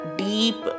deep